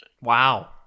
Wow